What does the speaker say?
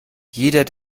jeder